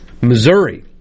Missouri